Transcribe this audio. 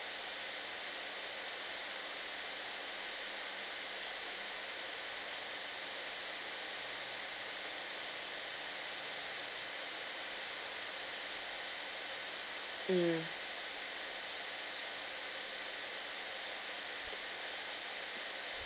mm